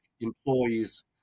employees